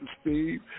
Steve